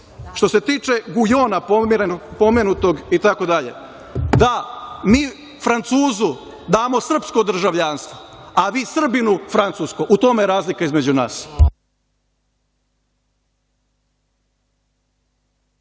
se tiče pomenutog Gujona, da, mi Francuzu damo srpsko državljanstvo, a vi Srbinu francusko. U tome je razlika između nas.